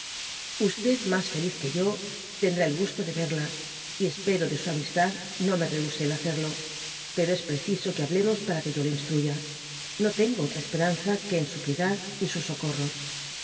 mas feliz que yo tendrá el gusto de verla y espero de su amistad no me rehuse el hacerlo pero es predso que hablemos para que yo le instruya no tengo otra esperanza que en su piedad sus socorros su